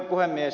puhemies